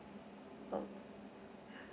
oh